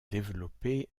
développer